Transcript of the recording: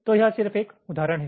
तो यह सिर्फ एक उदाहरण है